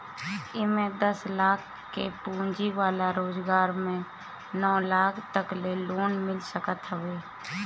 एमे दस लाख के पूंजी वाला रोजगार में नौ लाख तकले लोन मिल जात हवे